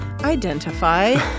Identify